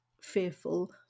fearful